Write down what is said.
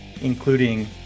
including